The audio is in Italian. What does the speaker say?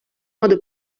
modo